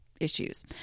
issues